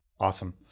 Awesome